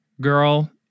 girl